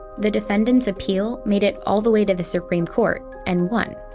the defendant's appeal made it all the way to the supreme court. and won.